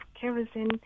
kerosene